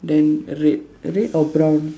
then red is it or brown